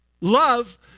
Love